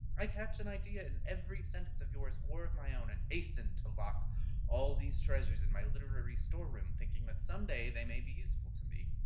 i catch an idea in every sentence of yours or of my own, and hasten to lock all these treasures in my literary store-room, thinking that some day they may be useful to me.